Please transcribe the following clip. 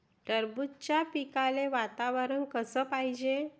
टरबूजाच्या पिकाले वातावरन कस पायजे?